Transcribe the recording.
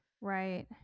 Right